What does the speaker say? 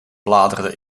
bladerde